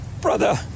brother